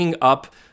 up